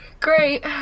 Great